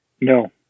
No